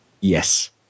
Yes